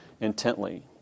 intently